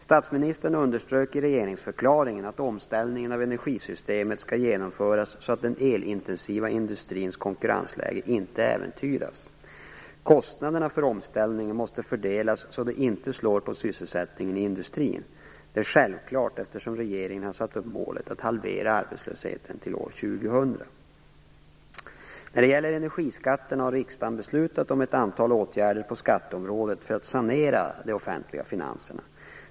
Statsministern underströk i regeringsförklaringen att omställningen av energisystemet skall genomföras så att den elintensiva industrins konkurrensläge inte äventyras. Kostnaderna för omställningen måste fördelas så att de inte slår på sysselsättningen i industrin. Det är självklart eftersom regeringen har satt upp målet att halvera arbetslösheten till år 2000. När det gäller energiskatterna har riksdagen beslutat om ett antal åtgärder på skatteområdet för att sanera de offentliga finanserna.